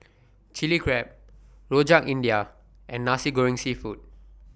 Chilli Crab Rojak India and Nasi Goreng Seafood